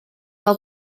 fel